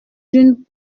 d’une